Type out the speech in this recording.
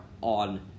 on